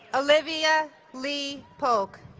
olivia lee polk